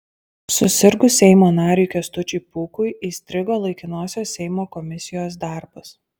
susirgus seimo nariui kęstučiui pūkui įstrigo laikinosios seimo komisijos darbas